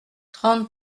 trente